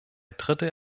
drittel